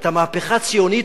המהפכה הציונית,